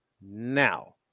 Now